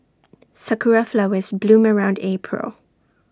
Sakura Flowers bloom around April